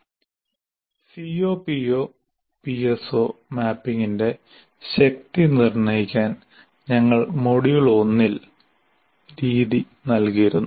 CO PO PSO മാപ്പിംഗിന്റെ ശക്തി നിർണ്ണയിക്കാൻ ഞങ്ങൾ മൊഡ്യൂൾ 1ൽ രീതി നൽകിയിരുന്നു